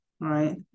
right